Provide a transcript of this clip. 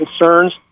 concerns